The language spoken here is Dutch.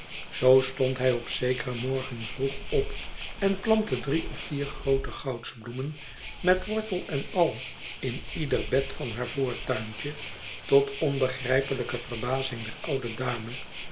zoo stond hij op zekeren morgen vroeg op en plantte drie of vier groote goudsbloemen met wortel en al in ieder bed van haar voortuintje tot onbegrijpelijke verbazing der oude dame